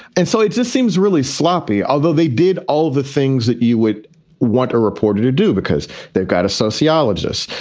and so it just seems really sloppy, although they did all of the things that you would want a reporter to do, because they've got a sociologist.